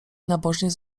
nabożnie